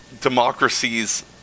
democracies